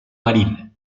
marín